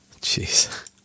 jeez